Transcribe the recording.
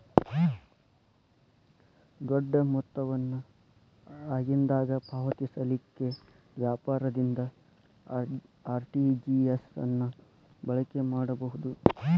ದೊಡ್ಡ ಮೊತ್ತವನ್ನು ಆಗಿಂದಾಗ ಪಾವತಿಸಲಿಕ್ಕೆ ವ್ಯಾಪಾರದಿಂದ ಆರ್.ಟಿ.ಜಿ.ಎಸ್ ಅನ್ನ ಬಳಕೆ ಮಾಡಬಹುದು